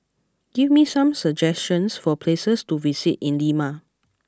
give me some suggestions for places to visit in Lima